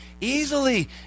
Easily